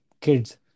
kids